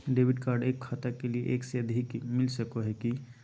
Debit card एक खाता के लिए एक से अधिक मिलता सको है की?